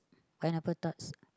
pineapple tarts